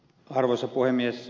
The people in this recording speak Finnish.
arvoisa puhemies